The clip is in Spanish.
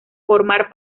formar